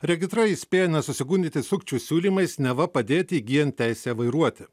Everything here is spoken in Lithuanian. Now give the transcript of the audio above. regitra įspėja nesusigundyti sukčių siūlymais neva padėti įgyjant teisę vairuoti